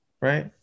right